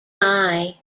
eye